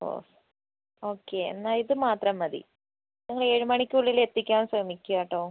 ഓ okay എന്നാൽ ഇത് മാത്രം മതി നിങ്ങള് ഏഴ് മണിക്കുള്ളില് എത്തിക്കാൻ ശ്രമിക്കൂ കേട്ടോ